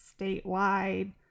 statewide